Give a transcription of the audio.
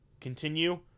continue